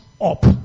up